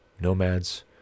nomads